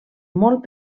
molt